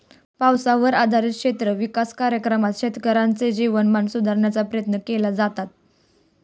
पावसावर आधारित क्षेत्र विकास कार्यक्रमात शेतकऱ्यांचे जीवनमान सुधारण्याचे प्रयत्न केले जातात